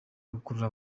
gukurura